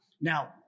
Now